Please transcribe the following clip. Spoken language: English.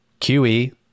QE